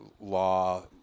law